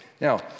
Now